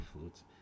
foods